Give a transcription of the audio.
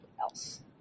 else